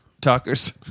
talkers